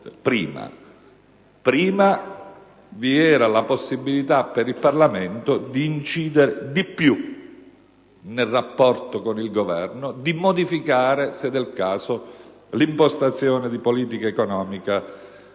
Prima vi era la possibilità per il Parlamento di incidere in misura maggiore nel rapporto con il Governo e di modificare, se del caso, l'impostazione di politica economica